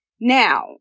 Now